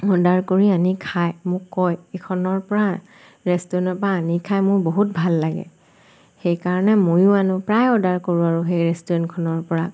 order কৰি আনি খাই মোক কয় এইখনৰপৰা ৰেষ্টুৰেণ্টৰপৰা আনি খাই মোৰ বহুত ভাল লাগে সেইকাৰণে ময়ো আনো প্ৰায় অৰ্ডাৰ কৰোঁ আৰু সেই ৰেষ্টুৰেণ্টখনৰপৰা